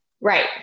Right